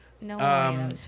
No